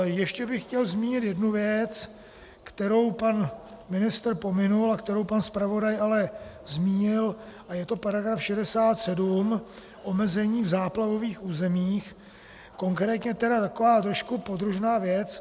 Ještě bych chtěl zmínit jednu věc, kterou pan ministr pominul a kterou pan zpravodaj ale zmínil, a je to § 67, omezení v záplavových územích, konkrétně tedy taková trošku podružná věc.